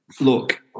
Look